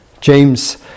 James